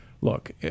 Look